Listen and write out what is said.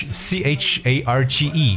charge